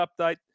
update